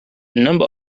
number